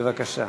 בבקשה.